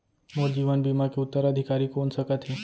मोर जीवन बीमा के उत्तराधिकारी कोन सकत हे?